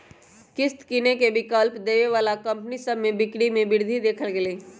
किस्त किनेके विकल्प देबऐ बला कंपनि सभ के बिक्री में वृद्धि देखल गेल हइ